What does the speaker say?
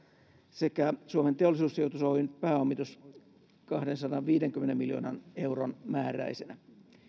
sekä suomen teollisuussijoitus oyn pääomitus kahdensadanviidenkymmenen miljoonan euron määräisenä